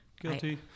Guilty